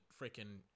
freaking